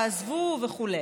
תעזבו וכו'.